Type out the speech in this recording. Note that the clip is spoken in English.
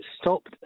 stopped